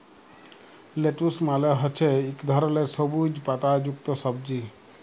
lettuce মালে হছে ইক ধরলের সবুইজ পাতা যুক্ত সবজি